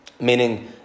Meaning